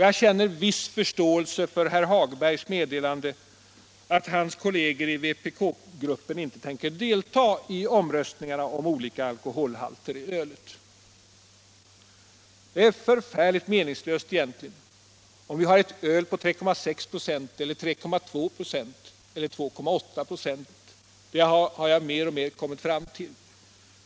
Jag har viss förståelse för herr Hagbergs i Borlänge meddelande att hans kolleger i vpk-gruppen inte tänker delta i omröstningen om olika alkoholhalter i ölet. Jag har mer och mer kommit fram till att det egentligen är ganska likgiltigt om vi har ett öl på 3,6 26, 3,2 96 eller 2,8 96.